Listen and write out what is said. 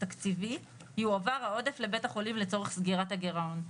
תקציבי - יועבר העודף לבית החולים לצורך סגירת הגירעון.